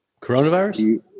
Coronavirus